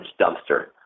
dumpster